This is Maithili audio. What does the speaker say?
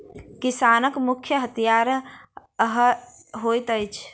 किसानक मुख्य हथियार हअर होइत अछि